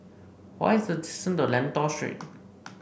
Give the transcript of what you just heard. what is the distance to Lentor Street